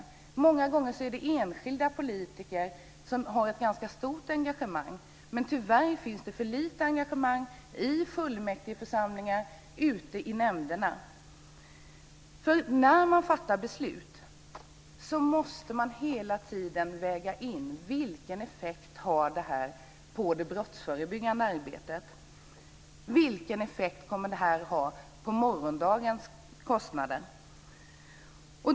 Många gånger är det enskilda politiker som har ett ganska stort engagemang. Men tyvärr finns det för lite engagemang i fullmäktigeförsamlingar och ute i nämnderna. När man fattar beslut måste man nämligen hela tiden väga in vilken effekt de har på det brottsförebyggande arbetet och vilken effekt de kommer att ha på morgondagens kostnader.